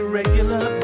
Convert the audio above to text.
regular